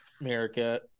America